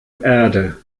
erde